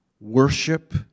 worship